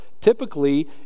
Typically